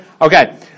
Okay